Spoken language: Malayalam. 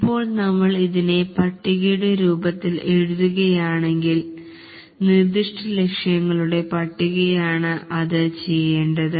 ഇപ്പോൾ നമ്മൾ ഇതിനെ പട്ടികയുടെ രൂപത്തിൽ എഴുത്തുയാണെങ്കിൽ നിർദിഷ്ട ലക്ഷ്യങ്ങളുടെ പട്ടികയാണ് അത് ചെയ്യേണ്ടത്